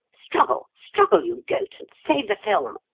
struggle struggle, you goat, and save the film!